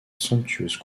somptueuse